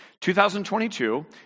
2022